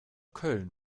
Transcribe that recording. köln